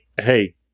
hey